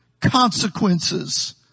consequences